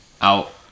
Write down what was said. out